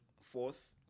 fourth